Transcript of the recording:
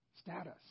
status